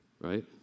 right